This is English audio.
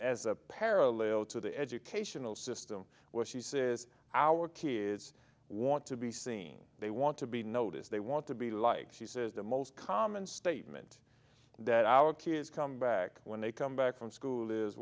as a parallel to the educational system where she says our kids want to be seen they want to be noticed they want to be liked she says the most common statement that our kids come back when they come back from school is